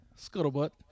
scuttlebutt